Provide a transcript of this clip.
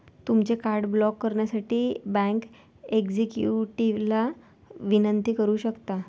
तुमचे card block करण्यासाठी bank एक्झिक्युटिव्हला विनंती करू शकता